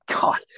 God